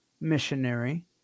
missionary